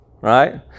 right